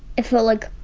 it felt like,